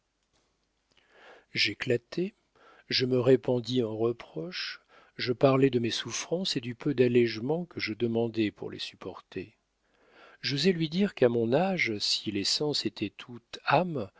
j'éclatai je me répandis en reproches je parlai de mes souffrances et du peu d'allégement que je demandais pour les supporter j'osai lui dire qu'à mon âge si les sens étaient tout âme